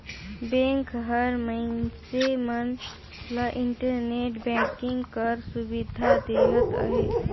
bank हर मइनसे मन ल इंटरनेट बैंकिंग कर सुबिधा देहत अहे